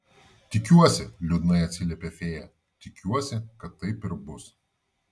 tikiuosi liūdnai atsiliepė fėja tikiuosi kad taip ir bus